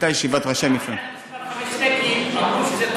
הייתה ישיבת ראשי מפלגות, אמרו שזה באוצר.